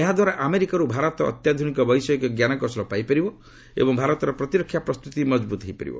ଏହାଦ୍ୱାରା ଆମେରିକାରୁ ଭାରତ ଅତ୍ୟାଧୁନିକ ବୈଷୟିକ ଜ୍ଞାନକୌଶଳ ପାଇପାରିବ ଏବଂ ଭାରତର ପ୍ରତିରକ୍ଷା ପ୍ରସ୍ତୁତି ମଜବୁତ ହୋଇପାରିବ